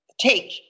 take